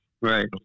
right